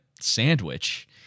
sandwich